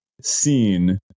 seen